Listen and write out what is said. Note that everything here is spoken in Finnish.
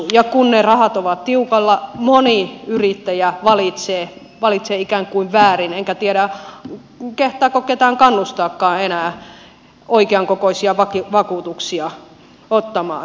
ja kun ne rahat ovat tiukalla moni yrittäjä valitsee ikään kuin väärin enkä tiedä kehtaako ketään kannustaakaan enää oikean kokoisia vakuutuksia ottamaan